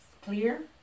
clear